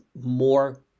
more